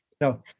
no